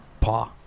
paw